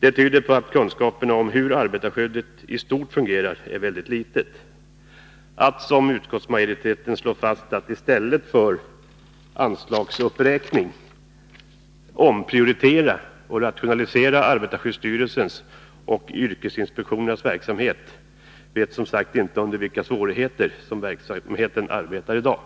Det tyder på att kunskaperna om hur arbetarskyddet i stort fungerar är väldigt små. Om man, som utskottsmajoriteten gör, i stället för en anslagsuppräkning förordar omprioriteringar och rationaliseringar av arbetarskyddsstyrelsens och yrkesinspektionens verksamhet, vet man som sagt inte under vilka svårigheter verksamheten bedrivs i dag.